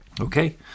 Okay